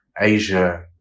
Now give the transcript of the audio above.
Asia